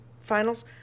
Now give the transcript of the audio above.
finals